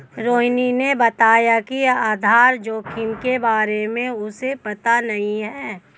रोहिणी ने बताया कि आधार जोखिम के बारे में उसे पता नहीं है